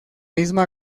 misma